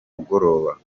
mugoroba